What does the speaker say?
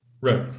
Right